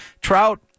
trout